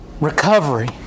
recovery